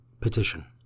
Petition